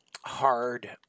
hard